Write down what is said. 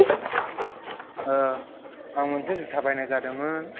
आं मोनसे जुथा बायनाय जादोंमोन